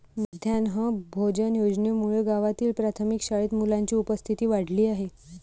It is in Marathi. माध्यान्ह भोजन योजनेमुळे गावातील प्राथमिक शाळेत मुलांची उपस्थिती वाढली आहे